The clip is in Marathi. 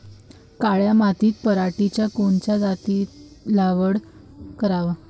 काळ्या मातीत पराटीच्या कोनच्या जातीची लागवड कराव?